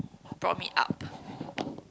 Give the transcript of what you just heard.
brought me up